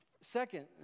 Second